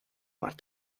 want